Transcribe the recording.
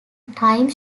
time